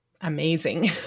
amazing